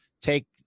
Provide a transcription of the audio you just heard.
take